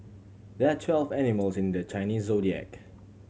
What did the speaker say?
there are twelve animals in the Chinese Zodiac